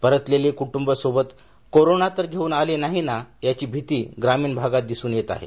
परतलेलं कुटुंब सोबत कोरोना तर घेऊन आले नाही ना याची भीती ग्रामीण भागात दिसुन येत आहे